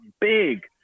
big